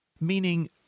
Meaning